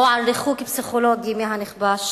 או על ריחוק פסיכולוגי מהנכבש?